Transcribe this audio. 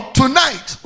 tonight